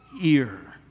ear